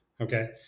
Okay